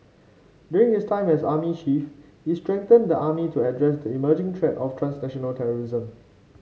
during his time as army chief he strengthened the army to address the emerging threat of transnational terrorism